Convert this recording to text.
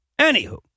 Anywho